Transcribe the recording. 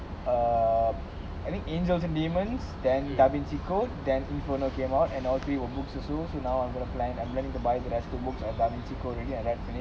err I think angels and demons then da vinci code then inferno came out and all three books also so now I'm gonna plan I'm going to buy the rest of the books and da vinci code already I read finish